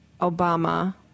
Obama